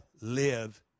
live